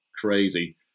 crazy